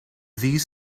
these